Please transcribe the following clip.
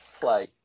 play